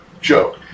joke